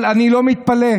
אבל אני לא מתפלא.